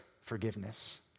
forgiveness